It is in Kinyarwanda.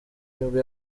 nibwo